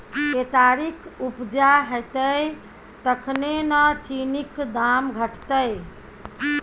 केतारीक उपजा हेतै तखने न चीनीक दाम घटतै